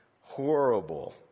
horrible